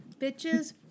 bitches